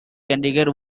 candidate